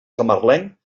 camarlenc